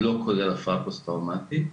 לא כולל הפרעה פוסט טראומתית.